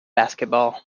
basketball